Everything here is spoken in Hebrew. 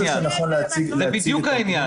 זה בדיוק העניין.